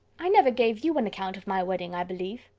i never gave you an account of my wedding, i believe.